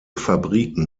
fabriken